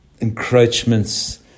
encroachments